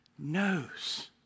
knows